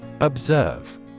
Observe